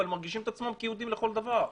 אבל מרגישים את עצמם כיהודים לכל דבר.